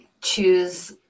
choose